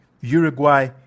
Uruguay